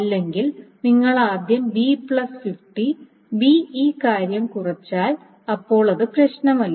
അല്ലെങ്കിൽ നിങ്ങൾ ആദ്യം b50 b ഈ കാര്യം കുറച്ചാൽ അപ്പോൾ അത് പ്രശ്നമല്ല